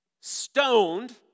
stoned